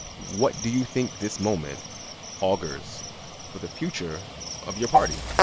what do you think this moment augurs for the future of your party?